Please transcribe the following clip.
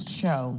show